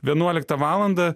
vienuoliktą valandą